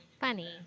Funny